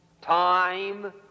time